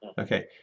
Okay